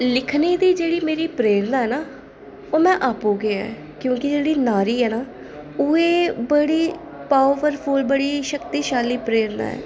लिखने दी जेह्ड़ी मेरी प्रेरणा ऐ ना ओह् में आपूं गै आं क्योंकि जेह्ड़ी नारी ऐ ना ओह् एह् बड़ी पॉवरफुल बड़ी शक्तिशाली प्रेरणा ऐ